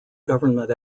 government